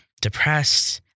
depressed